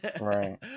Right